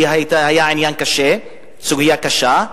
שהיו סוגיה קשה,